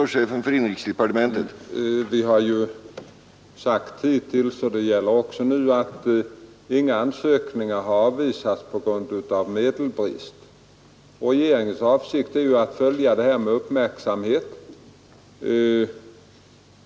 Herr talman! Vi har sagt tidigare — och det gäller också nu — att inga ansökningar har avvisats på grund av brist på medel. Regeringens avsikt är att följa dessa frågor med uppmärksamhet.